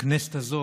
והכנסת הזאת,